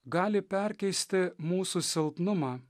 gali perkeisti mūsų silpnumą